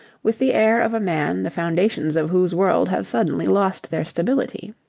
with the air of a man the foundations of whose world have suddenly lost their stability.